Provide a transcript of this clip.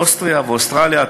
אוסטריה ואוסטרליה.